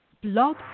Blog